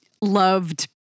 loved